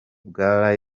bwa